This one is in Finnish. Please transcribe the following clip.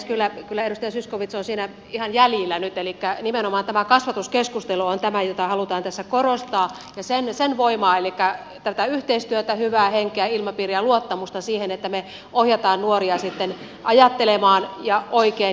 kyllä edustaja zyskowicz on siinä ihan jäljillä nyt elikkä nimenomaan tämä kasvatuskeskustelu on tämä jota halutaan tässä korostaa ja sen voimaa elikkä tätä yhteistyötä hyvää henkeä ilmapiiriä luottamusta siihen että me ohjaamme nuoria sitten ajattelemaan oikein